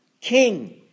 King